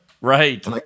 Right